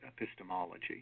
epistemology